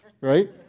right